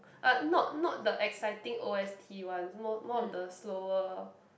uh not not the exciting o_s_t ones more more of the slower